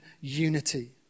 unity